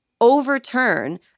overturn—